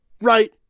Right